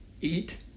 eat